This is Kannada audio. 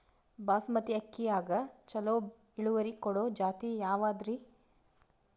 ಬಾಸಮತಿ ಅಕ್ಕಿಯಾಗ ಚಲೋ ಇಳುವರಿ ಕೊಡೊ ಜಾತಿ ಯಾವಾದ್ರಿ?